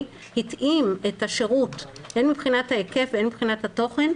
התאים את השירות הן מבחינת ההיקף והן מבחינת התוכן,